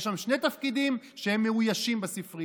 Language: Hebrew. יש שם שני תפקידים, והם מאוישים בספרייה.